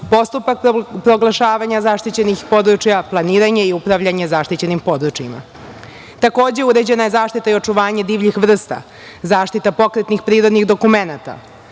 postupak proglašavanja zaštićenih područja, planiranje i upravljanje zaštićenim područjima. Takođe, uređena je zaštita i očuvanje divljih vrsta, zaštita pokretnih prirodnih dokumenata,